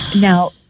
Now